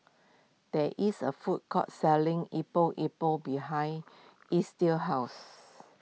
there is a food court selling Epok Epok behind Estill's house